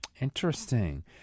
Interesting